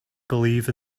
believe